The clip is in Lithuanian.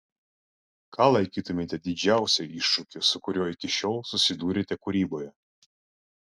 ką laikytumėte didžiausiu iššūkiu su kuriuo iki šiol susidūrėte kūryboje